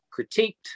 critiqued